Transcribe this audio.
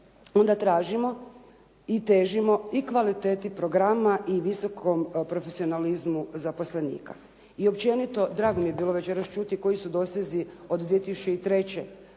onda tražimo i težimo i kvaliteti programa i visokom profesionalizmu zaposlenika. I općenito, drago mi je bilo večeras čuti koji su dosezi od 2003.,